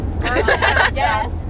Yes